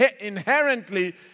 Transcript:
inherently